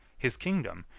his kingdom,